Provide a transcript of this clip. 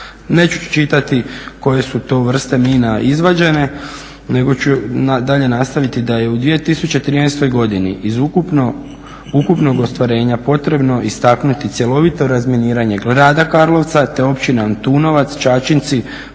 Neću čitati koje su to vrste mina izvađene, nego ću dalje nastaviti da je u 2013. godini iz ukupnog ostvarenja potrebno istaknuti cjelovito razminiranje grada Karlovca te Općine Antunovac, Čačinci,